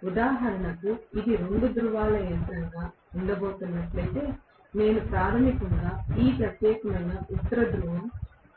కాబట్టి ఉదాహరణకు ఇది రెండు ధ్రువాల యంత్రంగా ఉండబోతున్నట్లయితే నేను ప్రాథమికంగా ఈ ప్రత్యేకమైన ఉత్తర ధ్రువం